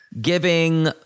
giving